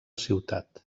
ciutat